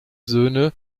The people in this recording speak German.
söhne